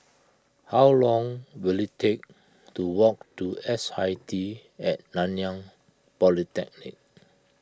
how long will it take to walk to S I T at Nanyang Polytechnic